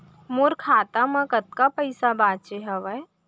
मोर खाता मा कतका पइसा बांचे हवय?